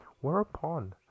whereupon